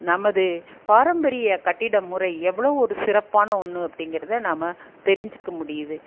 நமது பாரம்பரிய கட்டிட முறை எவ்வளோ ஒரு சிறப்பான ஒன்று அப்படிங்கிறதை நாம் தெரிஞ்சுக்க முடியுது